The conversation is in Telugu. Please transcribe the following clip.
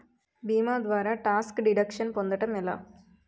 భీమా ద్వారా టాక్స్ డిడక్షన్ పొందటం ఎలా?